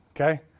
Okay